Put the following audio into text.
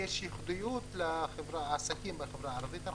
כי יש ייחודיות לעסקים בחברה הערבית.